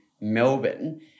Melbourne